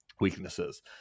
weaknesses